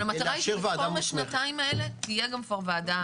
אבל המטרה היא שבתום השנתיים האלה תהיה כבר ועדה.